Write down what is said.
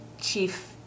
chief